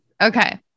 Okay